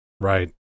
Right